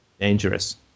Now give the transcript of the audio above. dangerous